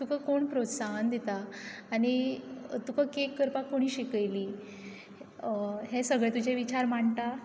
तुका कोण प्रोत्साहन दिता आनी तुका कॅक करपाक कोणें शिकयली हे सगळे तुजे विचार मांडटा